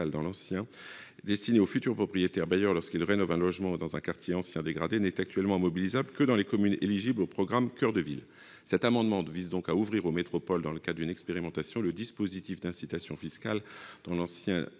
dans l'ancien, destiné aux futurs propriétaires bailleurs lorsqu'ils rénovent un logement dans un quartier ancien dégradé, n'est actuellement mobilisable que dans les communes éligibles au programme « coeur de ville ». Cet amendement vise à ouvrir aux métropoles, dans le cadre d'une expérimentation, le dispositif d'incitation fiscale dans l'ancien,